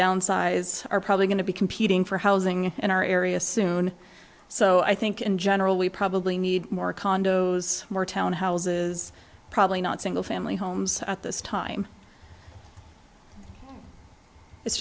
downsize are probably going to be competing for housing in our area soon so i think in general we probably need more condos more townhouses probably not single family homes at this time it's